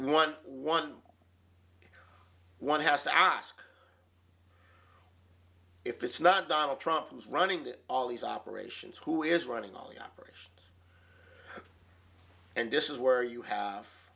one one one has to ask if it's not donald trump was running to all these operations who is running all the operation and this is where you have